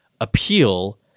appeal